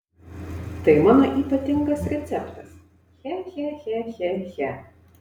tai mano ypatingas receptas che che che che che